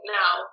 now